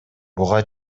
буга